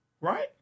Right